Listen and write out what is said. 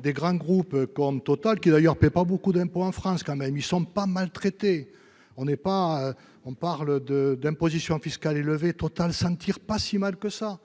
des grands groupes comme Total, qui d'ailleurs paie pas beaucoup d'impôts en France quand même, ils ne sont pas maltraités, on n'est pas, on parle de d'imposition fiscale levée totale, ça tire pas si mal que ça